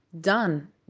done